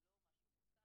זה לא משהו מורכב,